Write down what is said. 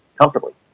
comfortably